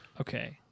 Okay